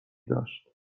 داشت